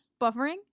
buffering